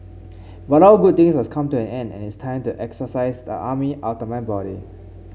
but all good things must come to an end and it's time to exorcise the army outta my body